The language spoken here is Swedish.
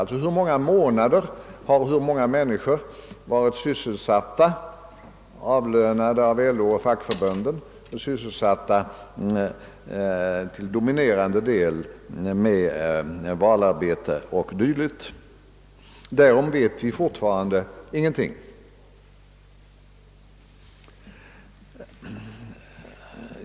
Alltså: Hur många månader har hur många människor, avlönade av LO och fackförbunden, till dominerande del varit sysselsatta på arbetstid med valarbete o..d.? Därom vet vi fortfarande ingenting.